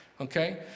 okay